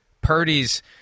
Purdy's